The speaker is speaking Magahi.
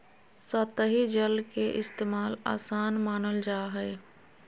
सतही जल के इस्तेमाल, आसान मानल जा हय